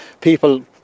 people